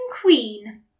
queen